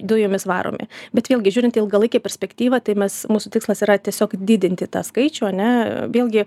dujomis varomi bet vėlgi žiūrint į ilgalaikę perspektyvą tai mes mūsų tikslas yra tiesiog didinti tą skaičių ane vėlgi